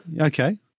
Okay